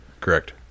correct